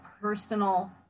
personal